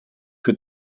für